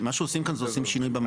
מה שעושים כאן זה שינוי במערכת.